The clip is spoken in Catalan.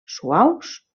suaus